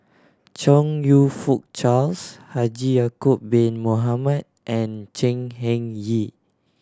Chong You Fook Charles Haji Ya'acob Bin Mohamed and Chan Heng Chee